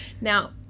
Now